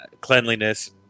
cleanliness